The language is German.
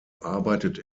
arbeitet